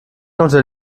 konnte